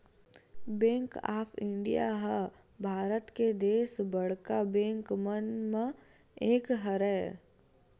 bank of India ह भारत के दस बड़का बेंक मन म एक हरय